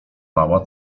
mała